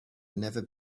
never